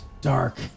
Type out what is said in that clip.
dark